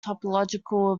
topological